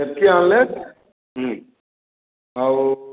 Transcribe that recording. ସେତକି ଆଣିଲେ ହୁଁ ଆଉ